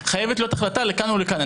חייבת להיות החלטה לכאן או לכאן.